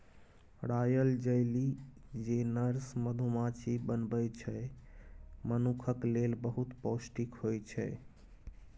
royal jelly जे nurse मधुमाछी बनबै छै मनुखक लेल बहुत पौष्टिक होइ छै